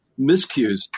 miscues